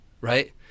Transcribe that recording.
right